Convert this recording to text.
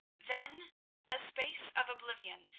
then a space of oblivion,